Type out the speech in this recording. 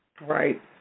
right